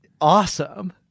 awesome